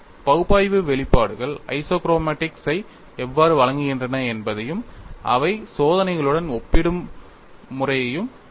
பகுப்பாய்வு வெளிப்பாடுகள் ஐசோக்ரோமாடிக்ஸ் ஐ எவ்வாறு வழங்குகின்றன என்பதையும் அவை சோதனைகளுடன் ஒப்பிடும் முறையையும் பார்ப்போம்